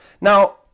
Now